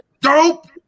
dope